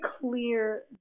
clear